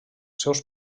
seus